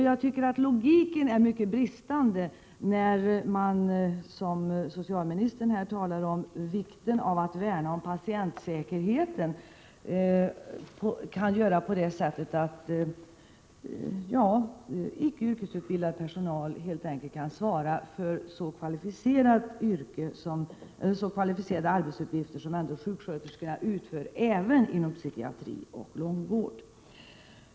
Jag tycker att logiken är mycket bristande när man som socialministern talar om vikten av att värna om patientsäkerheten men sedan säger att icke yrkesutbildad personal kan svara för så kvalificerade arbetsuppgifter som sjuksköterskorna ändå utför inom psykiatri och långvård.